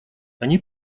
они